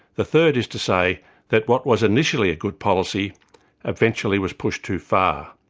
the third is to say that what was initially a good policy eventually was pushed too far,